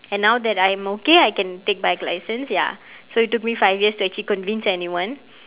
and now that I am okay I can take bike license ya so it took me five years to actually convince anyone